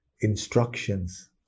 Instructions